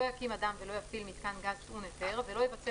לא יקים אדם ולא יפעיל מיתקן גז טעון היתר ולא יבצע